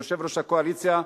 יושב-ראש הקואליציה,